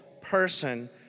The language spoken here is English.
person